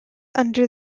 under